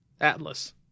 Atlas